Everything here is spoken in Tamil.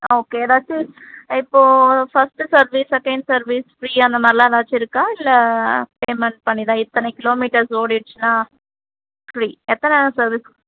ஆ ஓகே எதாச்சு இப்போ first service second service free அந்தமாதிரிலாம் எதாச்சும் இருக்கா இல்லை பேமெண்ட் பண்ணித்தான் இத்தனை கிலோமீட்டர்ஸ் ஓடிடுச்சுன்னா ஃப்ரீ எத்தனை சர்வீஸ்